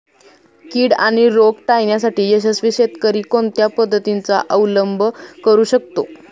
कीड आणि रोग टाळण्यासाठी यशस्वी शेतकरी कोणत्या पद्धतींचा अवलंब करू शकतो?